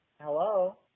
Hello